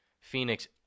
Phoenix –